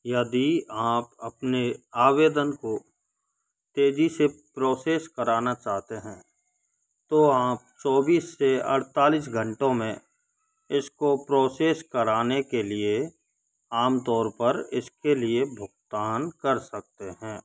यदि आप अपने आवेदन को तेजी से प्रोसेस कराना चाहते हैं तो आप चौबीस से अड़तालिस घंटों में इसको प्रोसेस कराने के लिए आमतौर पर इसके लिए भुगतान कर सकते हैं